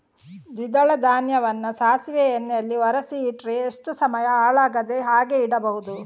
ದ್ವಿದಳ ಧಾನ್ಯವನ್ನ ಸಾಸಿವೆ ಎಣ್ಣೆಯಲ್ಲಿ ಒರಸಿ ಇಟ್ರೆ ಎಷ್ಟು ಸಮಯ ಹಾಳಾಗದ ಹಾಗೆ ಇಡಬಹುದು?